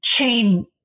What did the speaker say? chain